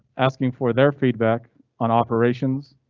asking for their feedback on operations,